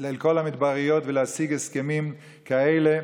לכל המדבריות ולהשיג הסכמים כאלה.